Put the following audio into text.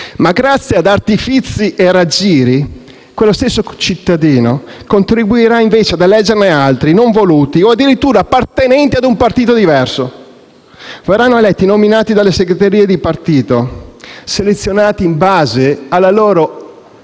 Ma, grazie ad artifizi e raggiri, quello stesso cittadino contribuirà invece ad eleggerne altri, non voluti, o addirittura appartenenti a un partito diverso. Verranno eletti nominati dalle segreterie di partito, selezionati in base alla loro